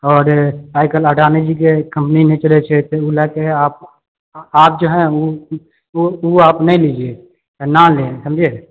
आओर आइ काल्हि अडानीजीके कम्पनी नहि चलए छै तै उ लए के आब आब जे है ने ओ ओ आब नहि लीजिए या ना लेब समझे